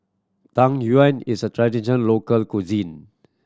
Tang Yuen is a tradition local cuisine